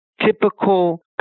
Typical